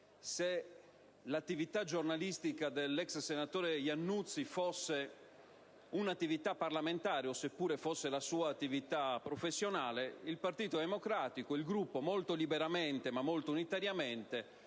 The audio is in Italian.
se l'attività giornalistica dell'ex senatore Iannuzzi fosse un'attività parlamentare o se fosse la sua attività professionale, il Gruppo del Partito Democratico, molto liberamente ma molto unitariamente,